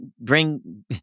bring